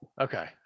Okay